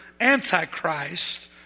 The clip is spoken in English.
antichrist